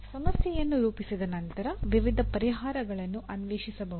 ಸಮಸ್ಯೆಯನ್ನು ರೂಪಿಸಿದ ನಂತರ ವಿವಿಧ ಪರಿಹಾರಗಳನ್ನು ಅನ್ವೇಷಿಸಬಹುದು